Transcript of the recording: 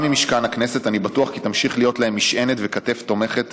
גם ממשכן הכנסת אני בטוח כי תמשיך להיות להם משענת וכתף תומכת,